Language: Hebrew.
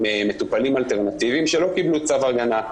ממטופלים אלטרנטיביים שלא קבלו צו הגנה.